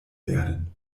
werden